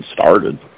started